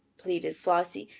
pleaded flossie.